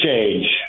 change